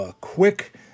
quick